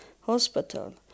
hospital